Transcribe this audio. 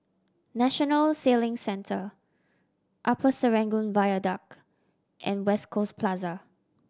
National Sailing Centre Upper Serangoon Viaduct and West Coast Plaza